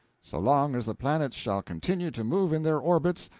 so long as the planets shall continue to move in their orbits,